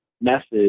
message